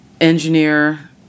engineer